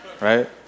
right